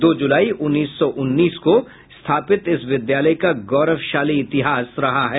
दो जुलाई उन्नीस सौ उन्नीस को स्थापित इस विद्यालय का गौरवशाली इतिहास रहा है